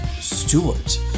Stewart